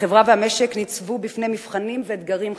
החברה והמשק ניצבו בפני מבחנים ואתגרים חדשים.